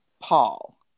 Paul